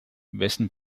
wessen